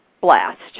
blast